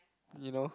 you know